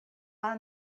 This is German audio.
war